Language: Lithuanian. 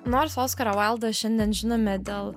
nors oskarą vaildą šiandien žinome dėl